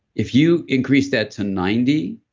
if you increase that to ninety,